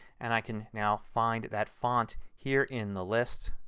and i can now find that font here in the list,